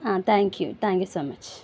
ആ thank you thank you so much